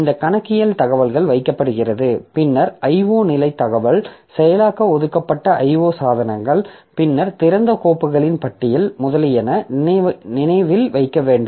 இந்த கணக்கியல் தகவல் வைக்கப்படுகிறது பின்னர் IO நிலை தகவல் செயலாக்க ஒதுக்கப்பட்ட IO சாதனங்கள் பின்னர் திறந்த கோப்புகளின் பட்டியல் முதலியன நினைவில் வைக்கப்பட வேண்டும்